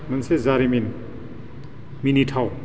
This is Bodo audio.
मोनसे जारिमिन मिनिथाव